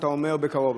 שאתה אומר "בקרוב".